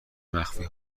مخفی